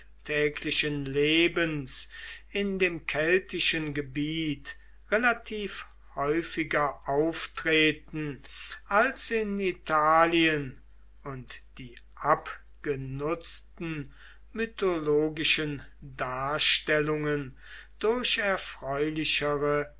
täglichen lebens in dem keltischen gebiet relativ häufiger auftreten als in italien und die abgenutzten mythologischen darstellungen durch erfreulichere